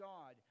God